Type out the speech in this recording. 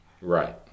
Right